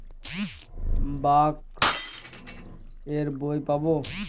Bank এর বই পাবো?